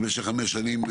במשך חמש שנים,